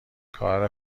کار